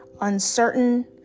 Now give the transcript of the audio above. uncertain